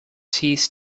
seized